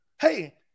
hey